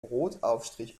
brotaufstrich